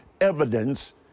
Evidence